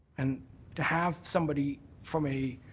and to have somebody from a